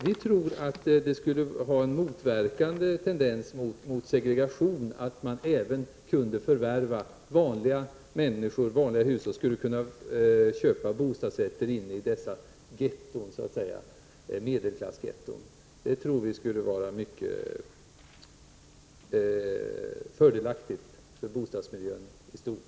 Vi tror att det skulle motarbeta segregation om även vanliga hushåll skulle kunna köpa bostadsrätter inne i dessa medelklassgetton. Det tror vi skulle vara mycket fördelaktigt för bostadsmiljön i stort.